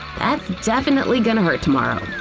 that's definitely gonna hurt tomorrow.